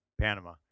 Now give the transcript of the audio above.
Panama